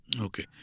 Okay